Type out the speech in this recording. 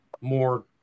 more